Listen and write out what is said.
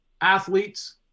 athletes